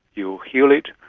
you heal it,